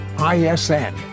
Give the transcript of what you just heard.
ISN